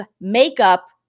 makeup